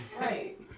Right